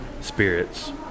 spirits